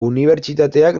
unibertsitateak